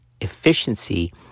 efficiency